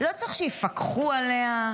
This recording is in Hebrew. לא צריך שיפקחו עליה,